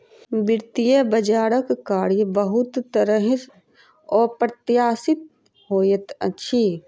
वित्तीय बजारक कार्य बहुत तरहेँ अप्रत्याशित होइत अछि